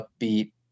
upbeat